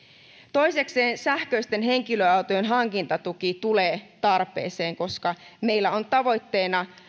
toisekseen sähköisten henkilöautojen hankintatuki tulee tarpeeseen koska meillä on tavoitteena että